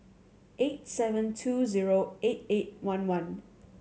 eight seven two zero eight eight one one